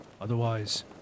Otherwise